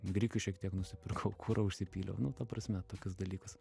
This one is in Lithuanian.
grikių šiek tiek nusipirkau kuro užsipyliau nu ta prasme tokius dalykus